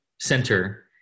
center